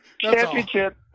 Championship